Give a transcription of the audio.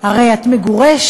הרי את מגורשת.